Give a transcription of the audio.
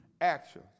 action